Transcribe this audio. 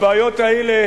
הבעיות האלה,